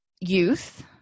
youth